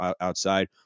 outside